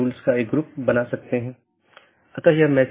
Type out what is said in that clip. दो त्वरित अवधारणाऐ हैं एक है BGP एकत्रीकरण